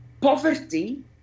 poverty